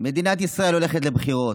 מדינת ישראל הולכת לבחירות.